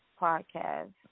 podcast